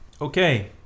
Okay